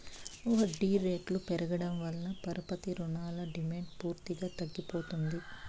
వడ్డీ రేట్లు పెరగడం వల్ల పరపతి రుణాల డిమాండ్ పూర్తిగా తగ్గిపోతుంది